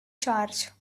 charge